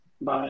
Bye